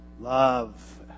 Love